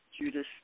Judas